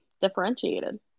differentiated